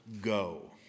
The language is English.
go